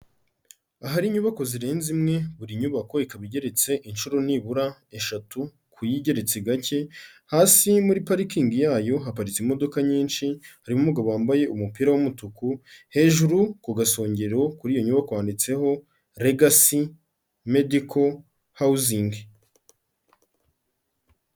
Ahari inyubako zirenze imwe buri nyubako ikaba igeretse inshuro nibura eshatu, ku yigeretse gake, hasi muri parikingi yayo haparitse imodoka nyinshi, harimo umugabo wambaye umupira w'umutuku, hejuru ku gasongero kuri iyo nyubako handitseho Legacy Medical Housing.